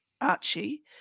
Archie